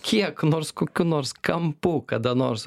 kiek nors kokiu nors kampu kada nors